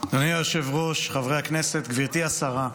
אדוני היושב-ראש, חברי הכנסת, גברתי השרה,